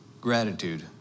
gratitude